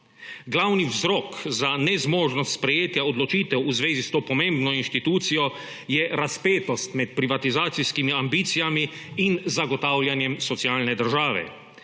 Glavni vzrok za nezmožnost sprejetja odločitev v zvezi s to pomembno inštitucijo je razpetost med privatizacijskimi ambicijami in zagotavljanjem socialne države.